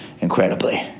incredibly